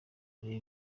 arebe